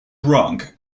rank